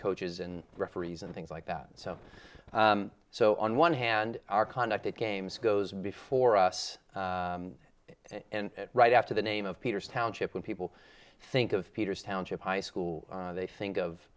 coaches and referees and things like that so so on one hand our conduct of games goes before us and right after the name of peters township when people think of peter's township high school they think of